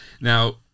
Now